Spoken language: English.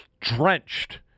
drenched